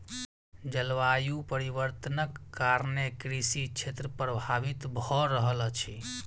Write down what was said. जलवायु परिवर्तनक कारणेँ कृषि क्षेत्र प्रभावित भअ रहल अछि